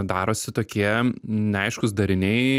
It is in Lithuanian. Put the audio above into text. darosi tokie neaiškūs dariniai